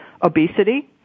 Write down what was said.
obesity